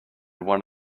one